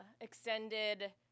extended